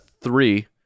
three